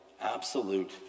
absolute